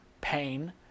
pain